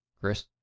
Chris